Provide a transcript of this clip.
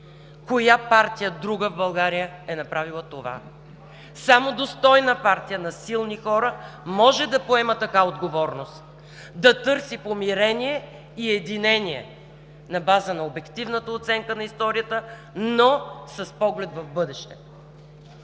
Коя друга партия в България е направила това? Само достойна партия на силни хора може да поема така отговорност, да търси помирение и единение на база на обективната оценка на историята, но с поглед в бъдещето.